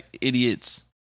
idiots